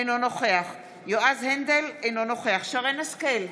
אינו נוכח יועז הנדל, אינו נוכח שרן מרים השכל,